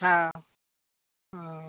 हँ